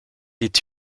est